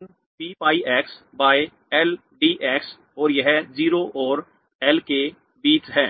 पाप pi x by L dx और यह 0 और एल के बीच है